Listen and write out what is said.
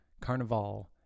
Carnival